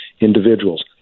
individuals